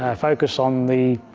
ah focus on the,